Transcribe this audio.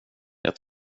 jag